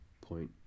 point